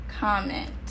comment